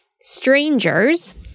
strangers